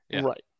Right